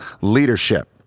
leadership